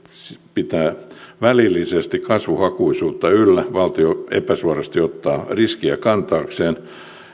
pitää välillisesti kasvuhakuisuutta yllä valtio epäsuorasti ottaa riskiä kantaakseen